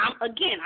again